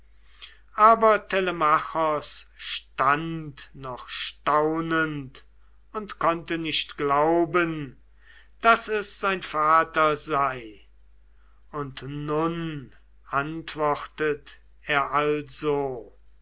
aber telemachos stand noch staunend und konnte nicht glauben daß es sein vater sei und nun antwortet er also